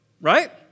Right